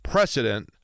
precedent